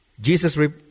Jesus